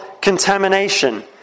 contamination